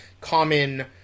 common